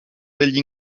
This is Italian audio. degli